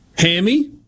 Hammy